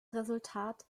resultat